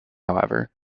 however